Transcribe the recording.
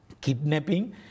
kidnapping